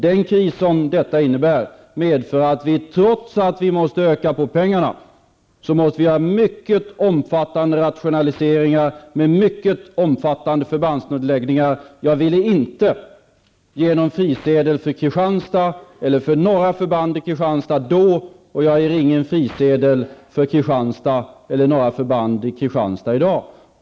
Den kris som detta innebär medför att trots att försvarsanslagen ökar, måste det till mycket stora rationaliseringar med mycket omfattande förbandsnedläggningar. Jag ville inte ge någon frisedel för några förband i Kristianstad då, och jag ger ingen frisedel för Kristianstad i dag.